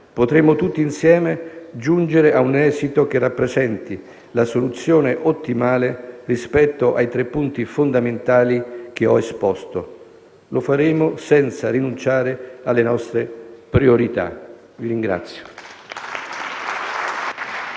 potremo tutti insieme giungere a un esito che rappresenti la soluzione ottimale rispetto ai tre punti fondamentali che ho esposto. Lo faremo senza rinunciare alle nostre priorità. *(Applausi